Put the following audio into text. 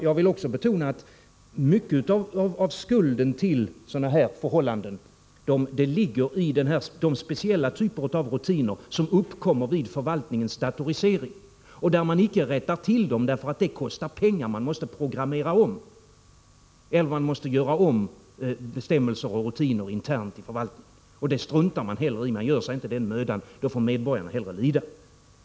Jag vill också betona att mycket av skulden till sådana förhållanden ligger i de speciella typer av rutiner som uppkommer vid en förvaltningsdatorisering och som icke rättas till därför att det kostar pengar och man måste programmera om eller ändra bestämmelser och rutiner internt inom förvaltningen. Man gör sig inte den mödan, utan medborgarna får hellre lida.